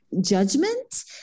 judgment